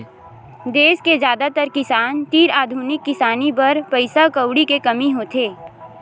देस के जादातर किसान तीर आधुनिक किसानी बर पइसा कउड़ी के कमी होथे